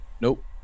Nope